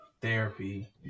therapy